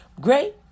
Great